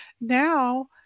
Now